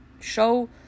show